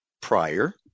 prior